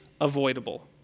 avoidable